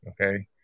okay